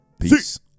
Peace